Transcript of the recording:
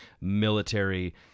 military